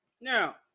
Now